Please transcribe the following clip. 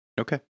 Okay